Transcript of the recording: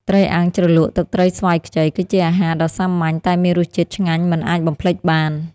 ត្រីអាំងជ្រលក់ទឹកត្រីស្វាយខ្ចី គឺជាអាហារដ៏សាមញ្ញតែមានរសជាតិឆ្ងាញ់មិនអាចបំភ្លេចបាន។